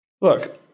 Look